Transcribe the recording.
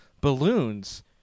balloons